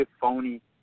phony